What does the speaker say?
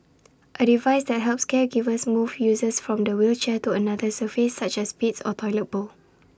A device that helps caregivers move users from the wheelchair to another surface such as the bed or toilet bowl